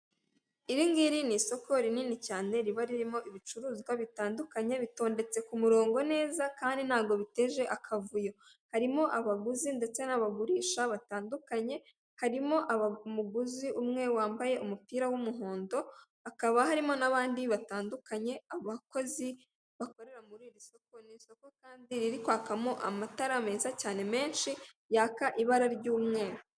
Iri ngiri n'isoko rinini cyane riba ririmo ibicuruzwa bitandukanye bitondetse ku murongo neza kandi ntago biteje akavuyo, harimo abaguzi ndetse n'abagurisha batandukanye, harimo umuguzi umwe wambaye umupira w'umuhondo. Hakaba harimo n'abandi batandukanye abakozi bakorera muri iryo siko, kandi riri kwakamo amatara meza cyane menshi yaka ibara ry'umweru.